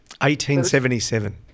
1877